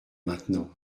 maintenant